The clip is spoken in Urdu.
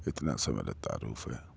اتنا سا میرا تعارف ہے